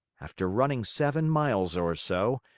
after running seven miles or so,